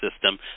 system